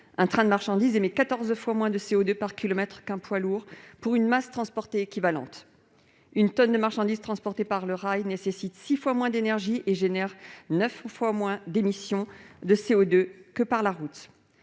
Un train de marchandises émet quatorze fois moins de CO2 par kilomètre qu'un poids lourd pour une masse transportée équivalente. Une tonne de marchandises transportée par le rail nécessite six fois moins d'énergie et émet neuf fois moins de CO2 que lorsqu'elle